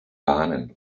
warnen